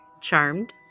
charmed